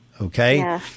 okay